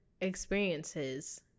experiences